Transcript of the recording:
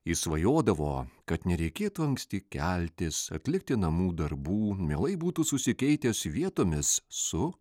jis svajodavo kad nereikėtų anksti keltis atlikti namų darbų mielai būtų susikeitęs vietomis su